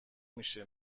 میشه